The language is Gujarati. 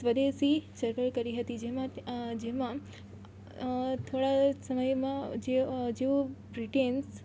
સ્વદેશી ચળવળ કરી હતી જેમાં તે આ જેમાં થોડા જ સમયોમાં જે જેઓ બ્રિટેન્સ